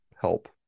help